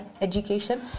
education